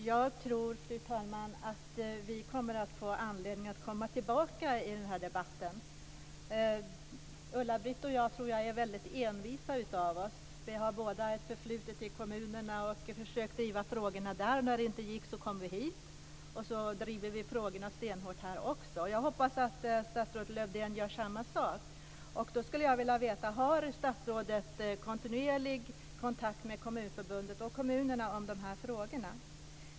Fru talman! Jag tror att vi kommer att få anledning att komma tillbaka i den här debatten. Ulla-Britt och jag är, tror jag, väldigt envisa av oss. Vi har båda ett förflutet i kommunerna, och vi har försökt att driva de här frågorna där. När det inte gick kom vi hit, och vi driver frågorna stenhårt här också. Jag hoppas att statsrådet Lövdén gör samma sak.